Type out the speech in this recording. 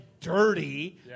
dirty